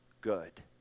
Good